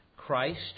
Christ